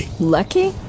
Lucky